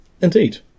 Indeed